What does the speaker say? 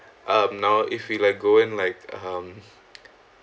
um now if we like go in like um